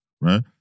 Right